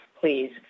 please